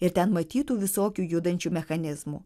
ir ten matytų visokių judančių mechanizmų